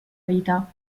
vita